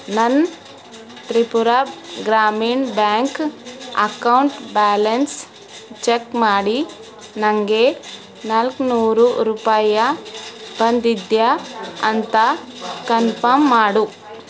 ನನ್ Tripura Gramin bank account balance check ಮಾಡಿ ನನಗೆ ನಾಲ್ಕುನೂರು ರೂಪಾಯಿ ಬಂದಿದೆಯಾ ಅಂತ ಕನ್ಫಮ್ ಮಾಡು